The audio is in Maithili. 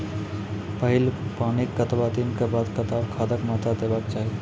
पहिल पानिक कतबा दिनऽक बाद कतबा खादक मात्रा देबाक चाही?